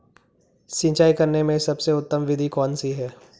सिंचाई करने में सबसे उत्तम विधि कौन सी है?